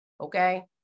okay